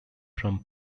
from